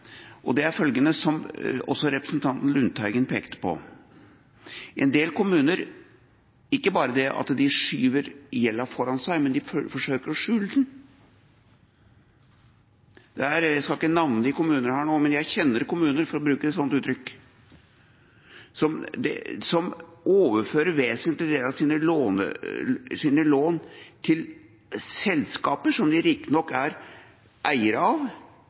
og det er følgende, som også representanten Lundteigen pekte på: En del kommuner ikke bare skyver gjelda foran seg, men de forsøker å skjule den. Jeg skal ikke navngi kommuner nå, men jeg kjenner kommuner, for å bruke et sånt uttrykk, som overfører vesentlige deler av sine lån til selskaper, som de riktignok er eiere av,